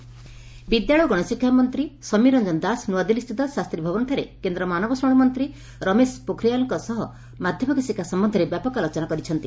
ସହାୟତା ଦାବି ବିଦ୍ୟାଳୟ ଓ ଗଣଶିକ୍ଷା ମନ୍ତୀ ସମୀର ରଞ୍ଞନ ଦାଶ ନୃଆଦିଲ୍ଲୀସ୍ଷିତ ଶାସ୍ତୀ ଭବନଠାରେ କେନ୍ଦ୍ର ମାନବସମ୍ମଳ ମନ୍ତୀ ରମେଶ ପୋଖରିଆଲ୍ଙ୍ଙ ସହ ମାଧ୍ଧମିକ ଶିକ୍ଷା ସମ୍ୟନ୍ଧରେ ବ୍ୟାପକ ଆଲୋଚନା କରିଛନ୍ତି